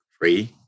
free